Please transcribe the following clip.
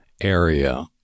area